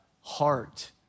heart